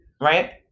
right